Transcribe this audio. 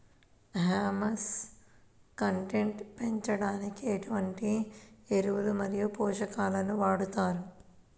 Humus content పెంచడానికి ఎటువంటి ఎరువులు మరియు పోషకాలను వాడతారు?